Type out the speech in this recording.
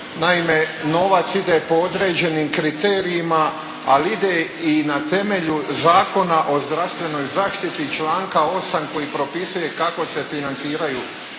Naime, novac ide po određenim kriterijima ide i na temelju Zakona o zdravstvenoj zaštiti članka 8. koji propisuje kako se financiraju